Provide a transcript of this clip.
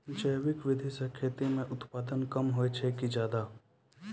जैविक विधि से खेती म उत्पादन कम होय छै कि ज्यादा?